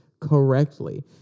correctly